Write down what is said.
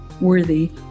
worthy